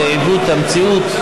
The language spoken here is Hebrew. זה עיוות המציאות.